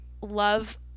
love